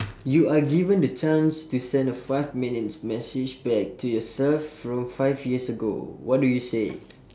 you are given the chance to send a five minutes message back to yourself from five years ago what do you say